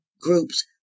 groups